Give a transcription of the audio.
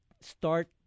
start